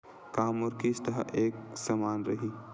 का मोर किस्त ह एक समान रही?